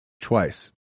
twice